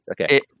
Okay